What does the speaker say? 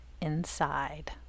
inside